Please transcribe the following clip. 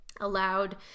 allowed